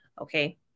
okay